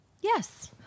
yes